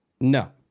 No